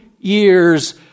years